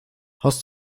hast